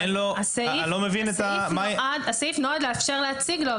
הסעיף נועד לאפשר להציג לו,